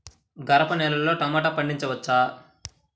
గరపనేలలో టమాటా పండించవచ్చా?